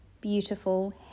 beautiful